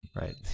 Right